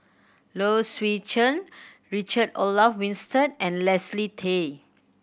Low Swee Chen Richard Olaf Winstedt and Leslie Tay